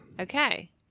Okay